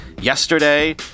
yesterday